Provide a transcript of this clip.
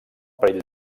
perill